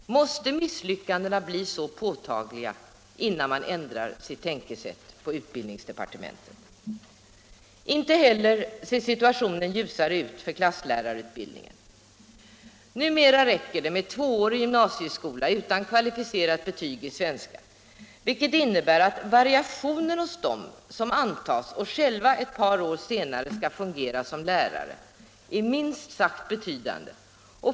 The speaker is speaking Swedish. Måste misslyckandena bli så påtagliga, innan utbildningsdepartementet ändrar sitt tänkesätt? Inte heller situationen för klasslärarutbildningen ser ljusare ut. Numera räcker det med tvåårig gymnasieskola utan kvalificerat betyg i svenska, vilket innebär att variationen hos dem som antas — och själva ett par år senare skall fungera som lärare — är minst sagt betydande.